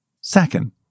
Second